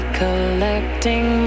collecting